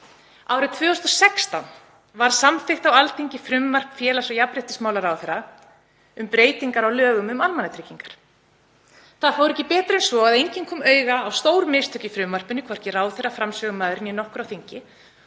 Árið 2016 var samþykkt á Alþingi frumvarp félags- og jafnréttismálaráðherra um breytingar á lögum um almannatryggingar. Það fór ekki betur en svo að enginn kom auga á stór mistök í frumvarpinu, hvorki ráðherra, framsögumaður né nokkur á þingi.